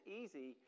easy